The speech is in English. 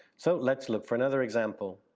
so let's look for another example.